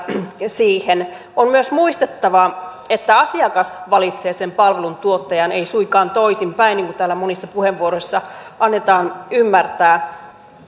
siihen on myös muistettava että asiakas valitsee sen palveluntuottajan ei suinkaan toisinpäin niin kuin täällä monissa puheenvuoroissa annetaan ymmärtää